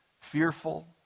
fearful